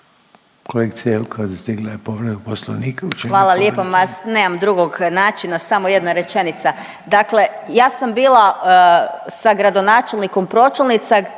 čuje./... **Jelkovac, Marija (HDZ)** Hvala lijepo. Ma nemam drugog načina, samo jedna rečenica, dakle ja sam bila sa gradonačelnikom pročelnica,